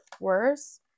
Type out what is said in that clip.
worse